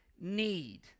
need